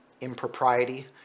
impropriety